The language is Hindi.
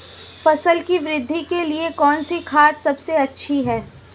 फसल की वृद्धि के लिए कौनसी खाद सबसे अच्छी है?